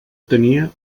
tenia